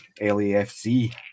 LAFC